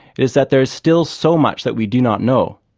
it is that there is still so much that we do not know.